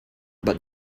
but